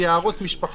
בא לעשות בלגאן.